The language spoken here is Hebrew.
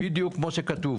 בדיוק כמו שכתוב.